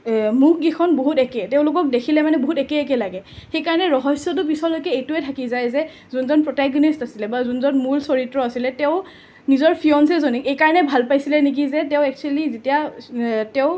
মুখ গিখন বহুত একে তেওঁলোকক দেখিলে মানে বহুত একে একে লাগে সেইকাৰণে ৰহস্যটো পিছলৈকে এইটোৱে থাকি যায় যে যোনজন প্ৰ'টাগনিষ্ট আছিলে বা যোনজন মূল চৰিত্ৰ আছিলে তেওঁ নিজৰ ফিয়ঞ্চীজনীক এইকাৰণে ভাল পাইছিলে নেকি যে তেওঁ এক্সোৱেলি যেতিয়া তেওঁ